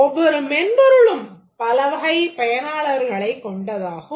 ஒவ்வொரு மென்பொருளும் பலவகைப் பயனாளர்களைக் கொண்டதாகும்